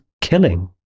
killing